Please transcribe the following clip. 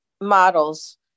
models